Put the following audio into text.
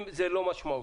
אם זה לא משמעותי,